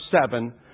seven